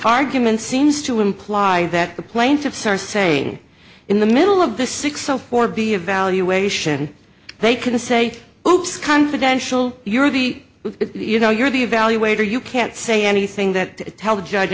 argument seems to imply that the plaintiffs are saying in the middle of the six o four b evaluation they can say oops confidential you're the you know you're the evaluator you can't say anything that tell the judge